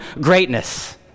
greatness